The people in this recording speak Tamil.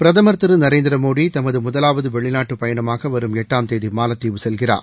பிரதமர் திரு நரேந்திர மோடி தமது முதலாவது வெளிநாட்டுப் பயணமாக வரும் எட்டாம் தேதி மாலத்தீவு செல்கிறார்